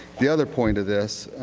the other point of this.